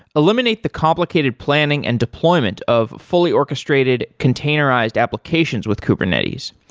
eliminate the complicated planning and deployment of fully orchestrated containerized applications with kubernetes.